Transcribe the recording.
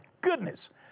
goodness